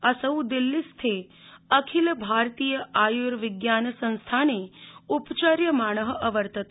असौ दिल्लीस्थे अखिल भारतीय आयूर्विज्ञान संस्थाने उपचर्यमाण अवर्तत